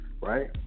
right